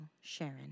Sharon